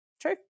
True